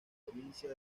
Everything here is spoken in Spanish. provincia